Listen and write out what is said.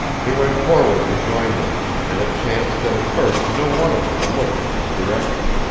he went forward to join them and it chanced that at first no one of them looked in his direction.